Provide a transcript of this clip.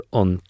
on